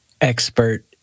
expert